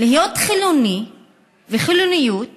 להיות חילוני וחילוניות